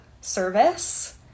service